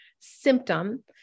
symptom